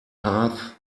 path